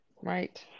right